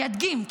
אני אדגים,